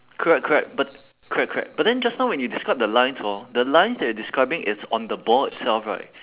correct correct but correct correct but then just now when you describe the lines hor the lines that you describing it's on the ball itself right